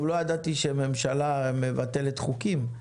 טוב, לא ידעתי שממשלה מבטלת חוקים.